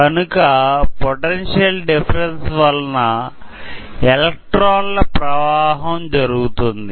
కనుక potential difference వలన ఎలెక్ట్రాన్ల ప్రవాహం జరుగుతుంది